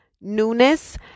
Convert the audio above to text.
newness